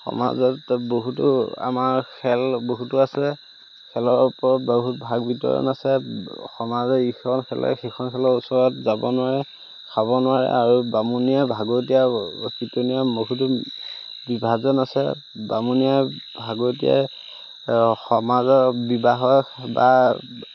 সমাজত বহুতো আমাৰ খেল বহুতো আছে খেলৰ ওপৰত বহুত ভাগ বিতৰণ আছে সমাজে ইখন খেলে সেইখন খেলৰ ওচৰত যাব নোৱাৰে খাব নোৱাৰে আৰু বামুণীয়া ভাগৱতীয়া কীৰ্তনীয়া বহুতো বিভাজন আছে বামুণীয়া ভাগৱতীয়াই সমাজৰ বিবাহৰ বা